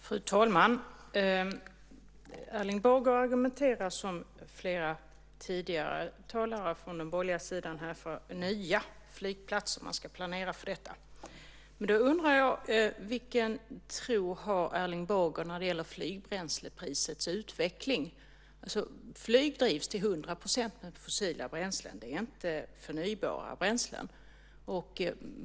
Fru talman! Erling Bager argumenterar liksom flera tidigare talare från den borgerliga sidan för nya flygplatser. Man ska planera för detta. Men då undrar jag: Vilken tro har Erling Bager när det gäller flygbränsleprisets utveckling? Flyg drivs till hundra procent med fossila bränslen, inte förnybara bränslen.